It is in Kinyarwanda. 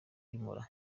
y’umura